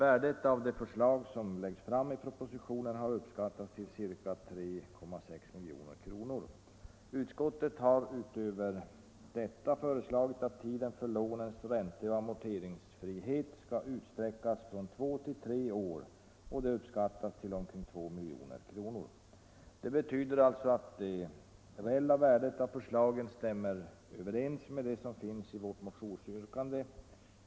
Värdet av det förslag som läggs fram i propositionen har uppskattats till ca 3,6 milj.kr. Utskottet har utöver detta föreslagit att tiden för lånens ränteoch amorteringsfrihet skall utsträckas från två till tre år, och kostnaden härför uppskattas till 2 milj.kr. Det betyder alltså att det reella värdet av förslagen uppgår till samma belopp som äskas i vårt motionsyrkande.